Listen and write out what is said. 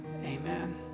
Amen